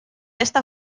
esta